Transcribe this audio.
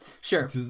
Sure